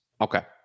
Okay